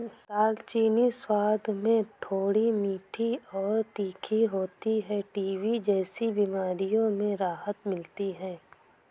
दालचीनी स्वाद में थोड़ी मीठी और तीखी होती है टीबी जैसी बीमारियों में राहत मिलती है